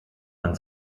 man